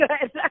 good